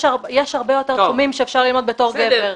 יש הרבה יותר תחומים שאפשר ללמוד כגבר.